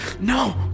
no